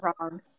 wrong